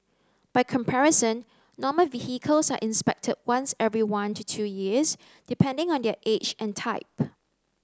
by comparison normal vehicles are inspected once every one to two years depending on their age and type